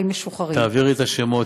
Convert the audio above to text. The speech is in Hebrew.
תעבירי את השמות,